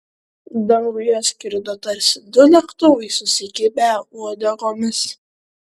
danguje skrido tarsi du lėktuvai susikibę uodegomis